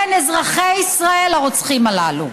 כן, אזרחי ישראל הרוצחים הללו.